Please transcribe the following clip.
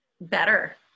better